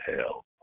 hell